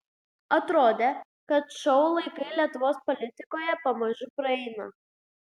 atrodė kad šou laikai lietuvos politikoje pamažu praeina